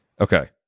Okay